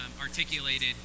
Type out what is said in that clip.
articulated